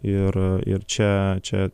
ir ir čia čia